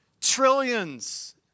trillions